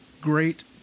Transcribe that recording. great